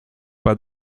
pas